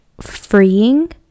freeing